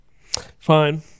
Fine